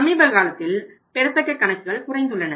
சமீபகாலத்தில் பெறத்தக்க கணக்குகள் குறைந்துள்ளன